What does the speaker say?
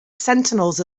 sentinels